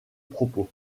propos